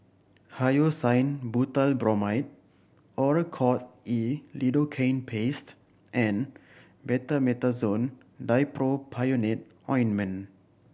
Hyoscine Butylbromide Oracort E Lidocaine Paste and Betamethasone Dipropionate Ointment